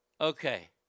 Okay